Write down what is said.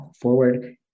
forward